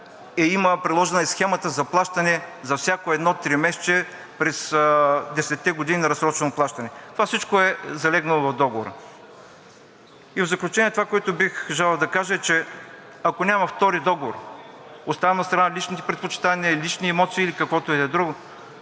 я има приложена и схемата за плащане за всяко едно тримесечие през десетте години на разсрочено плащане. Това всичко е залегнало в договора. В заключение това, което бих желал да кажа, е, че ако няма втори договор, оставам настрана личните предпочитания, личните емоции или каквото и да е друго,